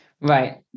right